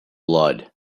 blood